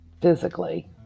physically